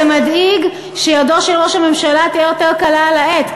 מדאיג שידו של ראש הממשלה תהיה יותר קלה על העט,